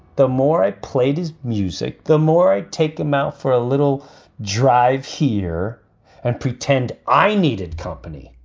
the more i played his music, the more i take the mouth for a little drive here and pretend i needed company.